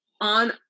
on